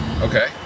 Okay